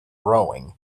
rowing